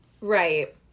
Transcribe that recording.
right